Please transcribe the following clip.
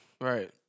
right